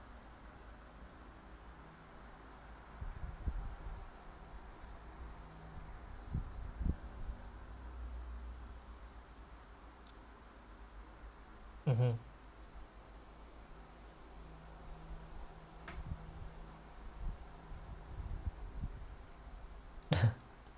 mmhmm